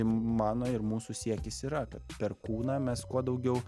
mano ir mūsų siekis yra kad per kūną mes kuo daugiau